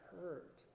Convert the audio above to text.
hurt